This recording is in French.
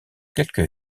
quelques